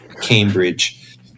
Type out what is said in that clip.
Cambridge